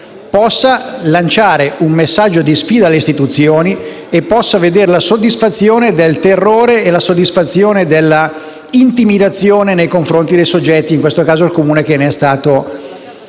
possa lanciare un messaggio di sfida alle istituzioni e possa avere la soddisfazione del terrore e della intimidazione nei confronti dei soggetti, in questo caso il Comune, che ne sono